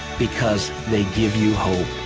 because they give you hope.